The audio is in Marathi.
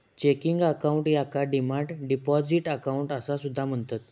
चेकिंग अकाउंट याका डिमांड डिपॉझिट अकाउंट असा सुद्धा म्हणतत